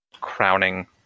crowning